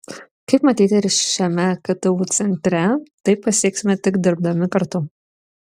kaip matyti ir šiame ktu centre tai pasieksime tik dirbdami kartu